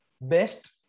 best